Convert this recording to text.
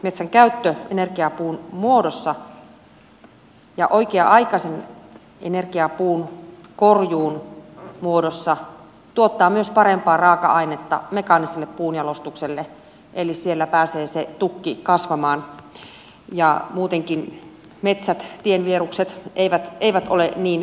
metsän käyttö energiapuun muodossa ja oikea aikaisen energiapuun korjuun muodossa tuottaa myös parempaa raaka ainetta mekaaniselle puunjalostukselle eli siellä pääsee se tukki kasvamaan ja muutenkaan metsät tienvierukset eivät ole niin pusikkoisia